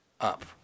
up